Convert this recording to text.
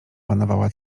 panowała